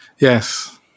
Yes